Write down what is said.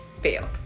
fail